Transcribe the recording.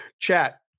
Chat